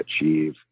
achieve